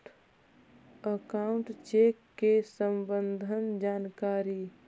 Account check के सम्बन्ध जानकारी?